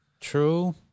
True